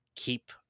keep